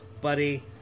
buddy